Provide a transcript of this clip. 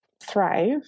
thrive